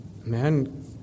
man